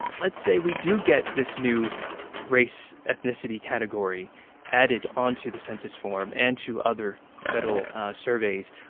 let's say we do get this new race-ethnicity category added onto the census form and to other federal surveys.